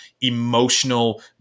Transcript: emotional